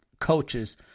coaches